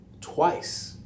twice